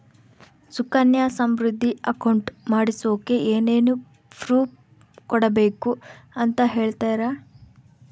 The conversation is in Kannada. ಸುಕನ್ಯಾ ಸಮೃದ್ಧಿ ಅಕೌಂಟ್ ಮಾಡಿಸೋಕೆ ಏನೇನು ಪ್ರೂಫ್ ಕೊಡಬೇಕು ಅಂತ ಹೇಳ್ತೇರಾ?